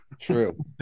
True